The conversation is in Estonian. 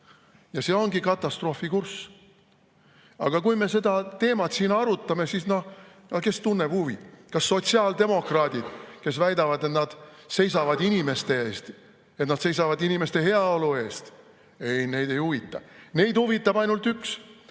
Ja see ongi katastroofi kurss. Aga kui me seda teemat siin arutame, siis kes tunneb huvi? Kas sotsiaaldemokraadid, kes väidavad, et nad seisavad inimeste eest, et nad seisavad inimeste heaolu eest? Ei, neid ei huvita. Neid huvitab ainult üks: